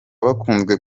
bakunzwe